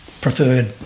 preferred